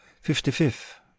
Fifty-fifth